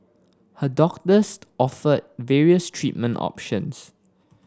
her doctors offered various treatment options